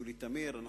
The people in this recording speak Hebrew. ככה,